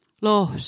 Lord